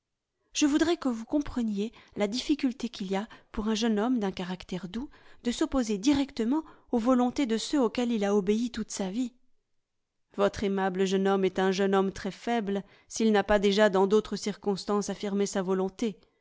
je voudrais que vous compreniez la difficulté qu'il y a pour un jeune homme d'un caractère doux de s'opposer directement aux volontés de ceux auxquels il a obéi toute sa vie votre aimable jeune homme est un jeune homme très faible s'il n'a pas déjà dans d'autres circonstances affirmé sa volonté